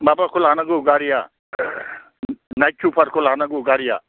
माबाखौ लानांगौ गारिया नाइट सुपारखौ लानांगौ गारिया